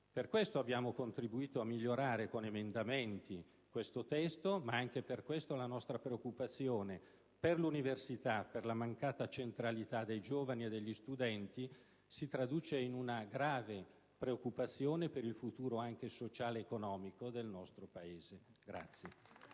Per questo abbiamo contribuito a migliorare con emendamenti il testo in esame, ma anche per questo motivo la nostra preoccupazione per l'università, per la mancata centralità dei giovani e degli studenti si traduce in una grave preoccupazione per il futuro sociale ed anche economico del Paese.